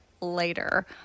later